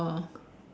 oh